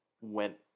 went